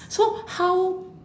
so how